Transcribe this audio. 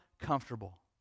comfortable